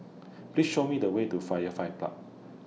Please Show Me The Way to Firefly Park